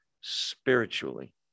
spiritually